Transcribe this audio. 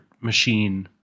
machine